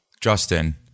Justin